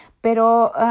Pero